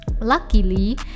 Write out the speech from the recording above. luckily